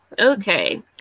Okay